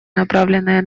направленные